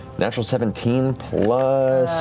natural seventeen plus.